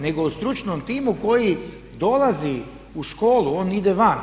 Nego o stručnom timu koji dolazi u školu, on ide van.